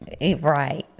Right